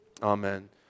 amen